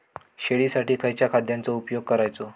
शेळीसाठी खयच्या खाद्यांचो उपयोग करायचो?